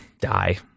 die